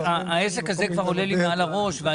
העסק הזה כבר עולה לי מעל הראש.